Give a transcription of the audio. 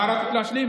מה רצית להשלים?